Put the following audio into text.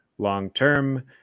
long-term